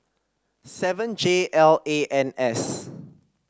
seven J L A N S